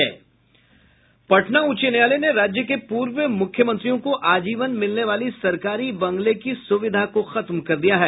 पटना उच्च न्यायालय ने राज्य के पूर्व मुख्यमंत्रियों को आजीवन मिलने वाली सरकारी बंगले की सुविधा को खत्म कर दिया है